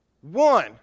one